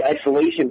isolation